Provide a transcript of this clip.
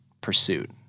pursuit